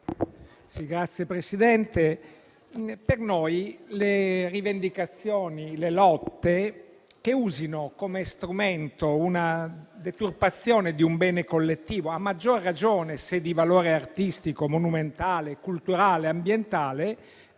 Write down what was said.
Signor Presidente, per noi le rivendicazioni e le lotte che usino come strumento la deturpazione di un bene collettivo, a maggior ragione se di valore artistico, monumentale, culturale e ambientale,